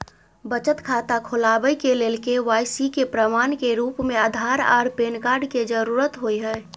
बचत खाता खोलाबय के लेल के.वाइ.सी के प्रमाण के रूप में आधार आर पैन कार्ड के जरुरत होय हय